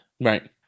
Right